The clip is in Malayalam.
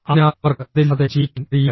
അതിനാൽ അവർക്ക് അതില്ലാതെ ജീവിക്കാൻ കഴിയില്ല